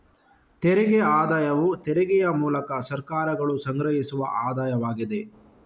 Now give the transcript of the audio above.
ತೆರಿಗೆ ಆದಾಯವು ತೆರಿಗೆಯ ಮೂಲಕ ಸರ್ಕಾರಗಳು ಸಂಗ್ರಹಿಸುವ ಆದಾಯವಾಗಿದೆ